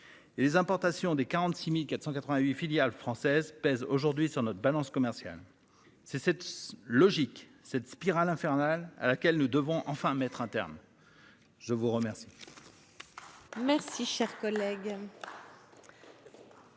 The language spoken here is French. les importations des 46.488 filiale française pèse aujourd'hui sur notre balance commerciale. C'est cette logique cette spirale infernale à laquelle nous devons enfin mettre un terme. Je vous remercie.